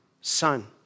son